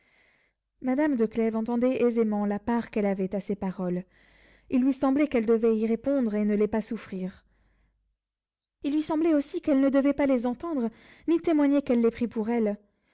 madame de clèves entendait aisément la part qu'elle avait à ces paroles il lui semblait qu'elle devait y répondre et ne les pas souffrir il lui semblait aussi qu'elle ne devait pas les entendre ni témoigner qu'elle les prît pour elle